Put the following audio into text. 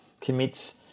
commits